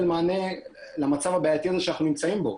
מענה למצב הבעייתי הזה שאנחנו נמצאים בו.